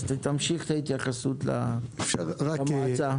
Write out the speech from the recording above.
תמשיך את ההתייחסות למועצה.